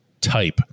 type